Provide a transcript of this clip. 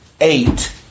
eight